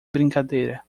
brincadeira